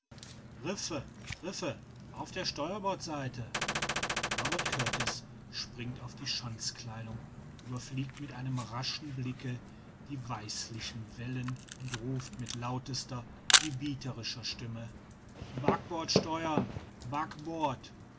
riffe riffe auf der steuerbordseite robert kurtis springt auf die schanzkleidung überfliegt mit einem raschen blicke die weißlichen wellen und ruft mit lautester gebieterischer stimme backbord steuern backbord